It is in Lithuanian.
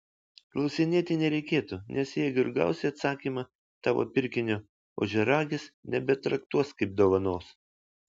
klausinėti nereikėtų nes jei ir gausi atsakymą tavo pirkinio ožiaragis nebetraktuos kaip dovanos